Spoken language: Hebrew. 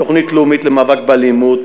תוכנית לאומית למאבק באלימות,